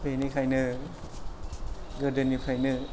बेनिखायनो गोदोनिफ्रायनो